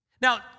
Now